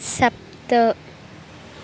सप्त